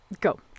go